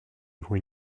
when